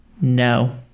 No